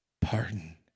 pardon